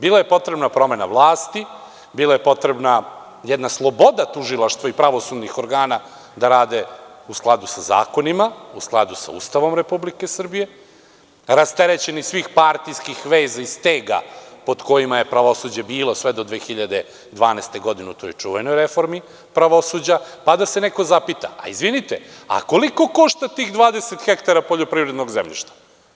Bila je potrebna promena vlasti, bila je potrebna jedna sloboda tužilaštva i pravosudnih organa da rade u skladu sa zakonima, u skladu sa Ustavom Republike Srbije, rasterećeni svih partijskih veza i stega pod kojima je pravosuđe bilo sve do 2012. godine u toj čuvenoj reformi pravosuđa, pa da se neko zapita – izvinite, a koliko košta tih 20 hektara poljoprivrednog zemljišta?